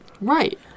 Right